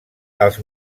els